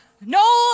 No